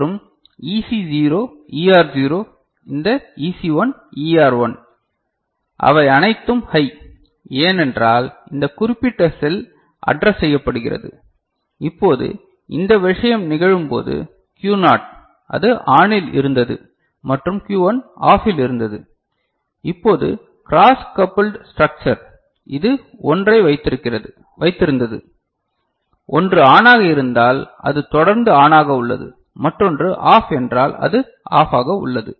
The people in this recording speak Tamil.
மற்றும் EC0 ER0 இந்த EC1 ER1 அவை அனைத்தும் ஹை ஏனென்றால் இந்த குறிப்பிட்ட செல் அட்ரஸ் செய்யப்படுகிறது இப்போது இந்த விஷயம் நிகழும் போது Q னாட் இது ஆனில் இருந்தது மற்றும் Q1 ஆஃபில் இருந்தது இப்போது க்ராஸ் கபுல்ட் ஸ்ட்ரக்சர் இது 1 ஐ வைத்திருந்தது ஒன்று ஆனாக இருந்தால் அது தொடர்ந்து ஆனாக உள்ளது மற்றொன்று ஆஃப் என்றால் அது ஆஃபாக உள்ளது